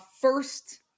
first